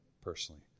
personally